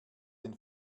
den